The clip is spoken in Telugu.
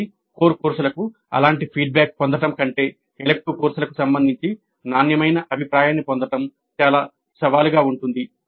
కాబట్టి కోర్ కోర్సులకు అలాంటి ఫీడ్బ్యాక్ పొందడం కంటే ఎలెక్టివ్ కోర్సులకు సంబంధించి నాణ్యమైన అభిప్రాయాన్ని పొందడం చాలా సవాలుగా ఉంటుంది